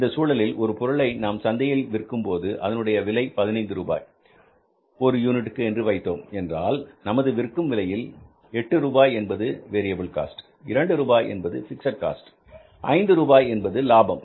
இந்தச் சூழ்நிலையில் ஒரு பொருளை நாம் சந்தையில் விற்கும் போது அதனுடைய விலை 15 ரூபாய் ஒரு யூனிட்டுக்கு என்று வைத்தோம் என்றால் நமது விற்கும் விலை விலையில் எட்டு ரூபாய் என்பது வேரியபில் காஸ்ட் இரண்டு ரூபாய் என்பது பிக்ஸட் காஸ்ட் ஐந்து ரூபாய் என்பது லாபம்